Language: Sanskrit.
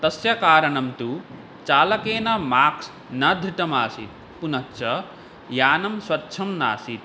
तस्य कारणं तु चालकेन माक्स् न धृतम् आसीत् पुनश्च यानं स्वच्छं नासीत्